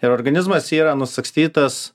ir organizmas yra nusagstytas